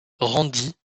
randy